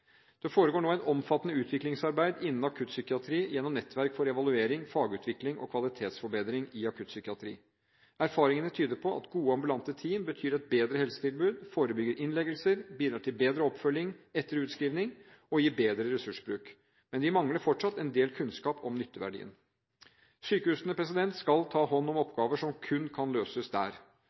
det er behov for det. Det foregår nå et omfattende utviklingsarbeid innen akuttpsykiatri gjennom Nettverk for evaluering, fagutvikling og kvalitetsforbedring i akuttpsykiatri. Erfaringene tyder på at gode ambulante team betyr et bedre helsetilbud. De forebygger innleggelser, bidrar til bedre oppfølging etter utskrivning og gir bedre ressursbruk. Men vi mangler fortsatt en del kunnskap om nytteverdien. Sykehusene skal ta hånd om oppgaver som kun kan løses der.